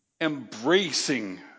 embracing